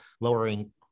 lowering